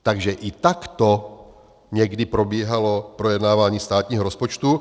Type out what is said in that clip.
Takže i takto někdy probíhalo projednávání státního rozpočtu.